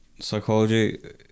Psychology